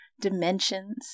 dimensions